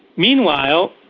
meanwhile,